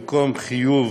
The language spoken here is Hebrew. במקום חיוב